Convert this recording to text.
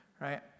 Right